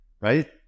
right